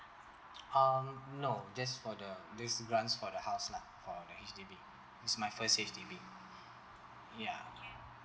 um no just for the just grants for the house lah for the H_D_B it's my first H_D_B ya